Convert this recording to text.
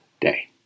day